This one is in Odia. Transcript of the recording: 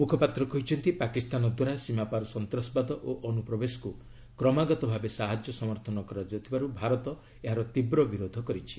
ମୁଖପାତ୍ର କହିଛନ୍ତି ପାକିସ୍ତାନଦ୍ୱାରା ସୀମାପାର ସନ୍ତ୍ରାସବାଦ ଓ ଅନୁପ୍ରବେଶକୁ କ୍ରମାଗତ ଭାବେ ସାହାଯ୍ୟ ସମର୍ଥନ କରାଯାଉଥିବାରୁ ଭାରତ ଏହାର ତୀବ୍ ବିରୋଧ କରିଛି